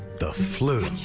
the flu. ah-choo!